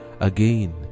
Again